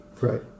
Right